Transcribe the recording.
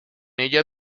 ella